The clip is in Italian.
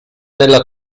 nella